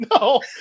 no